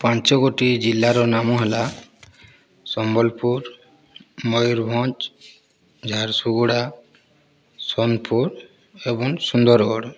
ପାଞ୍ଚ ଗୋଟି ଜିଲ୍ଲାର ନାମ ହେଲା ସମ୍ବଲପୁର ମୟୁରଭଞ୍ଜ ଝାରସୁଗୁଡ଼ା ସୋନପୁର ଏବଂ ସୁନ୍ଦରଗଡ଼